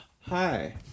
Hi